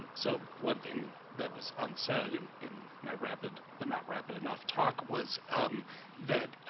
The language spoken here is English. so one thing that was unsaid and in my rapid but not rapid enough talk was um that